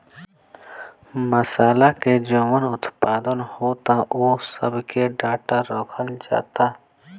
मासाला के जवन उत्पादन होता ओह सब के डाटा रखल जाता